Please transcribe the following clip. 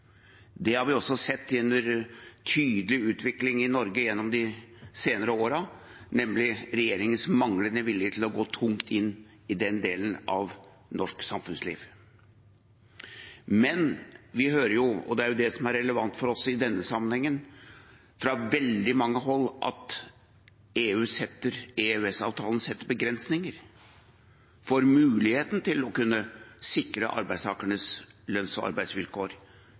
Det har vi også sett som en tydelig utvikling i Norge gjennom de senere årene, nemlig regjeringens manglende vilje til å gå tungt inn i den delen av norsk samfunnsliv. Men vi hører fra veldig mange hold – og det er det som er relevant for oss i denne sammenhengen – at EØS-avtalen setter begrensninger for muligheten til å kunne sikre arbeidstakernes lønns- og arbeidsvilkår,